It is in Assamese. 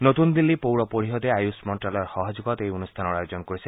নতুন দিল্লী পৌৰ পৰিষদে আয়ূস মন্নালয়ৰ সহযোগত এই অনুষ্ঠানৰ আয়োজন কৰিছে